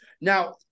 now